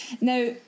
Now